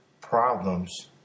problems